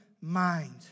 mind